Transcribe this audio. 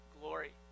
glory